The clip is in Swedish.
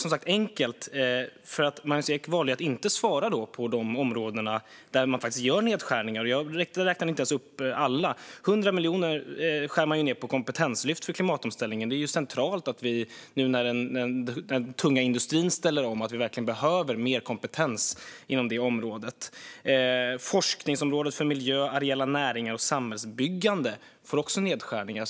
Magnus Ek valde att inte svara på frågorna om de områden där man gör nedskärningar, och jag räknade inte ens upp alla. Man skär ned med 100 miljoner på kompetenslyft för klimatomställningen, och nu när den tunga industrin ställer om är behovet av mer kompetens inom området centralt. Forskningsrådet för miljö, areella näringar och samhällsbyggande får också nedskärningar.